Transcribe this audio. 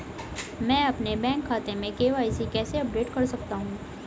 मैं अपने बैंक खाते में के.वाई.सी कैसे अपडेट कर सकता हूँ?